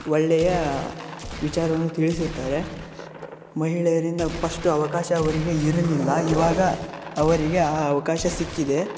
ಒಳ್ಳೆಯ ವಿಚಾರವನ್ನು ತಿಳಿಸುತ್ತಾರೆ ಮಹಿಳೆಯರಿಂದ ಪಸ್ಟು ಅವಕಾಶ ಅವರಿಗೆ ಇರಲಿಲ್ಲ ಇವಾಗ ಅವರಿಗೆ ಆ ಅವಕಾಶ ಸಿಕ್ಕಿದೆ